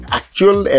actual